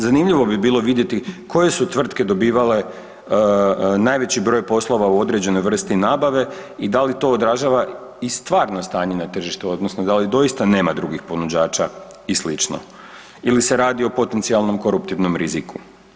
Zanimljivo bi bilo vidjeti koje su tvrtke dobivale najveći broj poslova u određenoj vrsti nabave i da li to održava i stvarno stanje na tržištu, odnosno da li doista nema drugih ponuđača i sl. ili se radi o potencijalnom koruptivnom riziku.